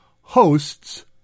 hosts